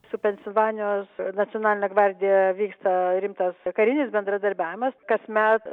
su pensilvanijos nacionaline gvardija vyksta rimtas karinis bendradarbiavimas kasmet